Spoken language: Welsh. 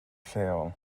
lleol